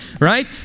right